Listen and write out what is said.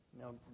Now